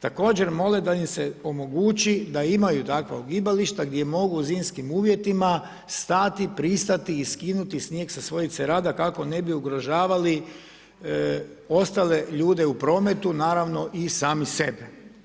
Također mole da im se omogući da imaju takva ugibališta gdje mogu u zimskim uvjetima stati, pristati i skinuti snijeg sa svojih cerada kako ne bi ugrožavali ostale ljude u prometu, naravno i sami sebe.